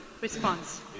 Response